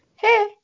hey